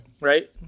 Right